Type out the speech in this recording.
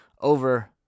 over